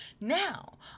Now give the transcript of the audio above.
Now